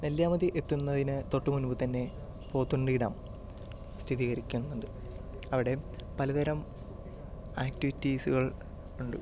നെല്ലിയാമ്പതി എത്തുന്നതിന് തൊട്ടു മുൻപ് തന്നെ പോത്തുണ്ടി ഡാം സ്ഥിതീകരിക്കുന്നുണ്ട് അവിടെ പലതരം ആക്ടിവിറ്റീസുകൾ ഉണ്ട്